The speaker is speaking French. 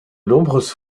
nombreuses